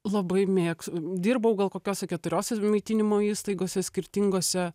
labai mėgs dirbau gal kokiose keturiose maitinimo įstaigose skirtingose